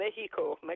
Mexico